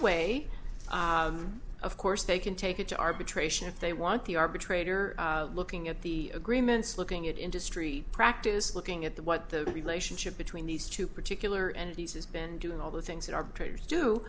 away of course they can take it to arbitration if they want the arbitrator looking at the agreements looking at industry practice looking at the what the relationship between these two particular and these has been doing all the things that arbitrators do